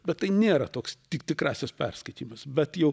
bet tai nėra toks ti tikrasis perskaitymas bet jau